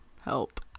Help